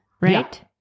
right